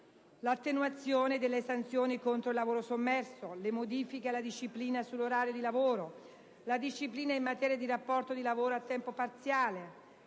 l'attenuazione delle sanzioni contro il lavoro sommerso, le modifiche alla disciplina sull'orario di lavoro, la disciplina in materia di rapporto di lavoro a tempo parziale,